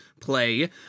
play